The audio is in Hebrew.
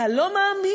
אתה לא מאמין.